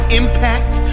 impact